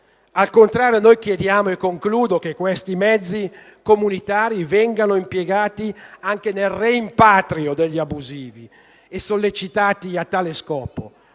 Al contrario, chiediamo che questi mezzi comunitari vengano impiegati anche nel rimpatrio degli abusivi e vengano sollecitati a tale scopo,